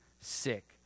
sick